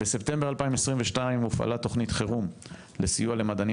בספטמבר 2022 הופעלה תוכנית חירום לסיוע למדענים